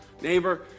neighbor